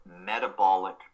metabolic